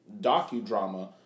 docudrama